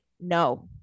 no